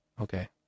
Okay